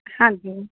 ਹਾਂਜੀ